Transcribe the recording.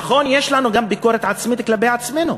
נכון, יש לנו גם ביקורת עצמית כלפי עצמנו.